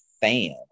fan